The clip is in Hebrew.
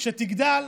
כשתגדל,